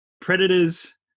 Predators